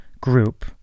group